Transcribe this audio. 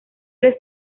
tres